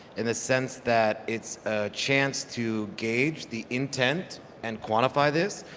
in the sense that it's a chance to gauge the intent and quantify this,